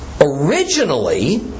Originally